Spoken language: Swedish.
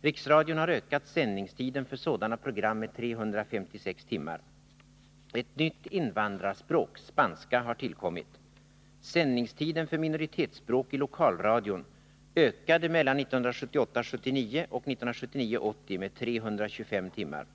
Riksradion har ökat sändningstiden för sådana program med 356 timmar. Ett nytt invandrarspråk — spanska — har tillkommit. Sändningstiden för minoritetsspråk i lokalradion ökade mellan 1978 80 med 325 timmar.